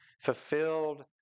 fulfilled